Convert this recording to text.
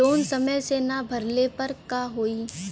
Loan समय से ना भरले पर का होयी?